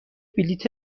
بلیط